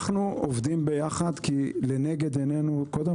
אנחנו עובדים יחד כי לנגד עינינו קודם